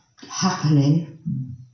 happening